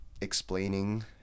Explaining